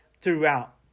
throughout